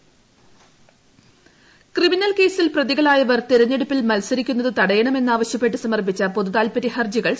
സുപ്രിംകോടതി ക്രിമിനൽ കേസിൽ പ്രതികളായവർ തെരഞ്ഞെടുപ്പിൽ മത്സരിക്കുന്നത് തടയണമെന്നാവശ്യപ്പെട്ട് സമർപ്പിച്ച പൊതുതാൽപര്യ ഹർജികൾ തള്ളി